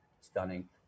stunning